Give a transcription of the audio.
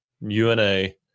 UNA